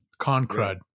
concrud